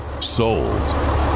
Sold